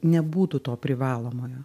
nebūtų to privalomojo